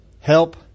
Help